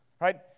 right